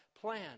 plan